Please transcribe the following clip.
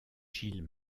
gilles